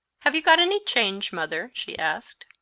have you got any change, mother? she asked.